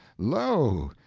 lo,